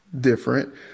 different